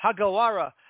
Hagawara